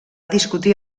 discutir